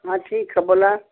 हाँ ठीक हाँ बोल